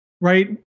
right